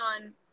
on